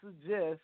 suggest